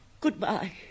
Goodbye